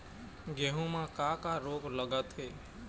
गेहूं म का का रोग लगथे?